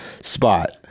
spot